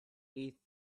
eight